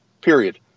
period